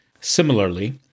Similarly